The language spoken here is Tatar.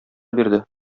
бирде